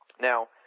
Now